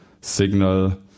signal